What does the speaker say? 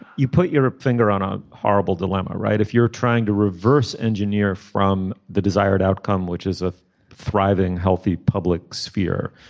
you put your ah finger on a horrible dilemma right if you're trying to reverse engineer from the desired outcome which is a thriving healthy public sphere.